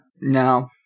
No